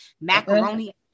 macaroni